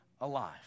alive